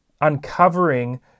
uncovering